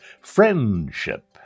Friendship